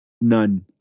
None